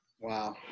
Wow